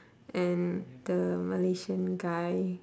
and the malaysian guy